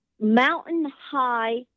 mountain-high